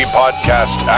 podcast